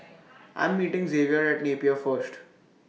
I Am meeting Xavier At Napier First